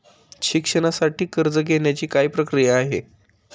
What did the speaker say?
शिक्षणासाठी कर्ज घेण्याची काय प्रक्रिया आहे?